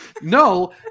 No